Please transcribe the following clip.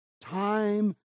time